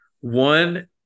one